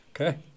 Okay